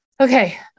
Okay